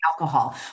alcohol